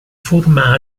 forma